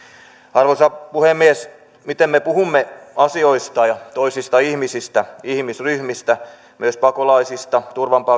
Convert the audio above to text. arvoisa puhemies miten me puhumme asioista ja toisista ihmisistä ihmisryhmistä myös pakolaisista